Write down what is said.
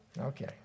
Okay